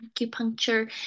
acupuncture